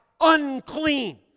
unclean